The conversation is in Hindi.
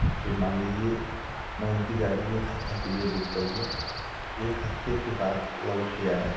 जैसे मान लीजिए मैं उनकी गाड़ी एक हफ़्ता के लिए बूक कर लिया तो एक हफ्ते के बाद लौट के आएं